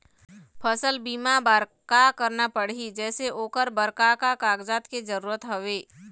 फसल बीमा बार का करना पड़ही जैसे ओकर बर का का कागजात के जरूरत हवे?